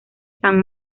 san